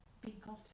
begotten